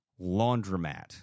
laundromat